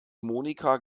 monika